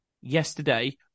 yesterday